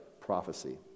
prophecy